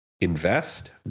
Invest